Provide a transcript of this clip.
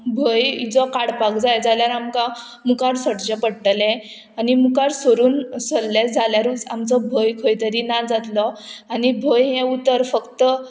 भंय जो काडपाक जाय जाल्यार आमकां मुखार सरचें पडटलें आनी मुखार सोरून सरलें जाल्यारूच आमचो भंय खंय तरी ना जातलो आनी भंय हें उतर फक्त